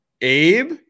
Abe